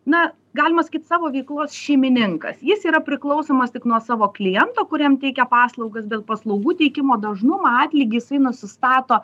na galima sakyt savo veiklos šeimininkas jis yra priklausomas tik nuo savo kliento kuriam teikia paslaugas dėl paslaugų teikimo dažnumo atlygį jisai nusistato